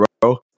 bro